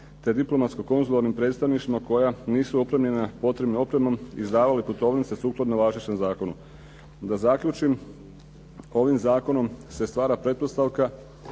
te diplomatsko-konzularnim predstavništvima koja nisu opremljena potrebnom opremom izdavale putovnice sukladno važećem zakonu. Da zaključim, ovim zakonom se stvara pretpostavka